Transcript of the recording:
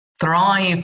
thrive